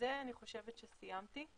בזה אני חושבת שסיימתי.